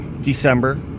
December